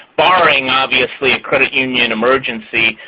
barring obviously a credit union emergency,